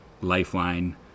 lifeline